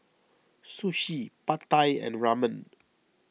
Sushi Pad Thai and Ramen